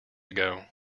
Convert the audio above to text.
ago